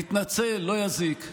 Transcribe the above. תתנצל, לא יזיק.